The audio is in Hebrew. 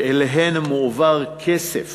שאליהן מועבר כסף